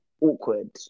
awkward